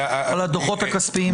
על הדוחות הכספיים.